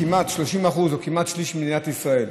כמעט 30% או כמעט שליש ממדינת ישראל.